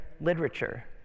literature